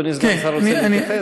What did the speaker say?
אדוני סגן השר רוצה להתייחס?